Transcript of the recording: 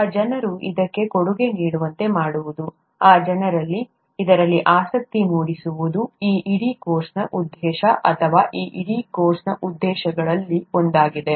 ಆ ಜನರು ಇದಕ್ಕೆ ಕೊಡುಗೆ ನೀಡುವಂತೆ ಮಾಡುವುದು ಆ ಜನರಿಗೆ ಇದರಲ್ಲಿ ಆಸಕ್ತಿ ಮೂಡಿಸುವುದು ಈ ಇಡೀ ಕೋರ್ಸ್ನ ಉದ್ದೇಶ ಅಥವಾ ಈ ಇಡೀ ಕೋರ್ಸ್ನ ಉದ್ದೇಶಗಳಲ್ಲಿ ಒಂದಾಗಿದೆ